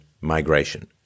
migration